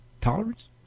Tolerance